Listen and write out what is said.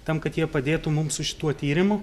tam kad jie padėtų mum su šituo tyrimu